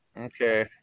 Okay